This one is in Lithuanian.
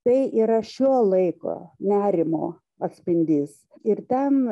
tai yra šio laiko nerimo atspindys ir ten